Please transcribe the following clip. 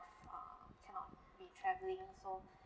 uh cannot be travelling so